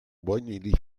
boinali